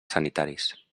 sanitaris